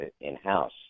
in-house